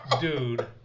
dude